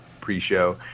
pre-show